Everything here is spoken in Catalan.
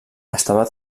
estava